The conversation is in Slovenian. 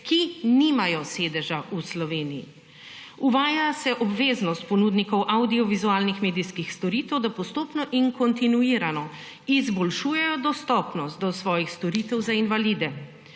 ki nimajo sedeža v Sloveniji. Uvaja se obveznost ponudnikov avdiovizualnih medijskih storitev, da postopno in kontinuirano izboljšujejo dostopnost do svojih storitev za invalide.